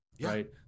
right